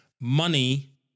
money